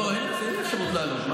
לא, אין אפשרות לענות.